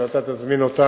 שאתה תזמין אותה